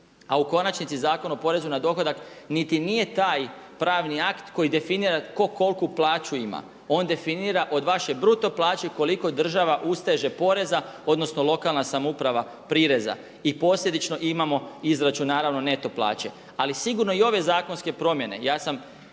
A u konačnici Zakon o porezu na dohodak niti nije taj pravni akti koji definira tko koliku plaću ima, on definira od vaše bruto plaće koliko država usteže poreza odnosno lokalna samouprava prireza. I posljedično imamo izračun naravno neto plaće. Ali sigurno i ove zakonske promjene, ja sam